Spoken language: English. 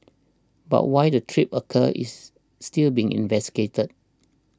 but why the trip occurred is still being investigated